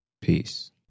Peace